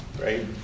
right